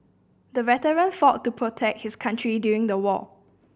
the veteran fought to protect his country during the war